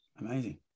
Amazing